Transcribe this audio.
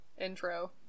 intro